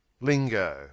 Lingo